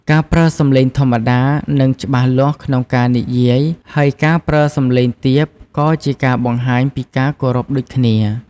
ការប្រើសំឡេងធម្មតា និង ច្បាស់លាស់ក្នុងការនិយាយ ហើយការប្រើសំឡេងទាបក៏ជាការបង្ហាញពីការគោរពដូចគ្នា។